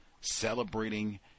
celebrating